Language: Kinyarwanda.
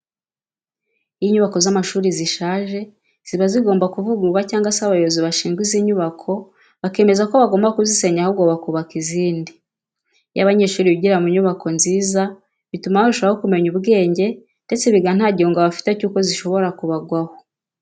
Iyo inyubako z'amashuri zishaje ziba zigomba kuvugururwa cyangwa se abayobozi bashinzwe izi nyubako bakemeza ko bagomba kuzisenya ahubwo bakubaka izindi. Iyo abanyeshuri bigira mu nyubako nziza bituma barushaho kumenya ubwenge ndetse biga nta gihunga bafite cyuko zishobora kubagwaho.